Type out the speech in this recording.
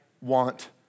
want